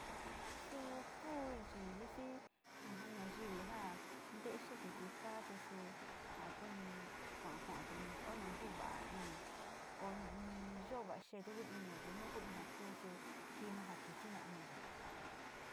Suu ku chi visi nayivi ja tee xee kuiti kaa te suu io kooni kua, kua o nu ntuva´a ini o ni yo xee tu inio, nutuu in ja ka su kiina ja kiti iniyo.